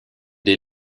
dès